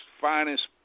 finest